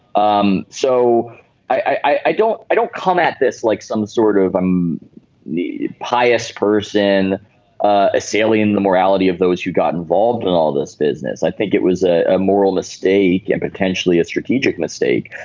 um so i i don't i don't come at this like some sort of i'm pious person assailing the morality of those who got involved in all this business. i think it was ah a moral mistake and potentially a strategic mistake.